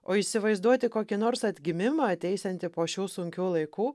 o įsivaizduoti kokį nors atgimimą ateisiantį po šių sunkių laikų